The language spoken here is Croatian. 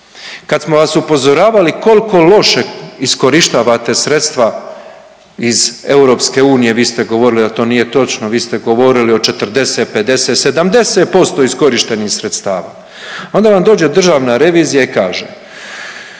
Kad smo vas upozoravali koliko loše iskorištavate sredstava iz EU, vi ste govorili da to nije točno. Vi ste govorili o 40, 50, 70% iskorištenih sredstava. Onda vam dođe Državna revizija i kaže.